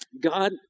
God